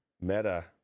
meta